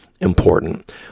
important